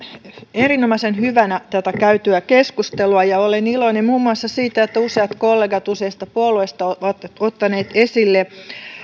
erinomaisen hyvänä tätä käytyä keskustelua ja olen iloinen muun muassa siitä että useat kollegat useista puolueista ovat ottaneet esille